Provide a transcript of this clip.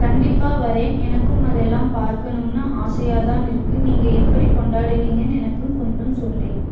கண்டிப்பாக வர்றேன் எனக்கும் அதெல்லாம் பார்க்கணும்னு ஆசையாக தான் இருக்குது நீங்கள் எப்படி கொண்டாடுவீங்கன்னு எனக்கும் கொஞ்சம் சொல்லேன்